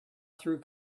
through